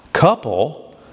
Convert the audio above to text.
Couple